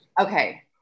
Okay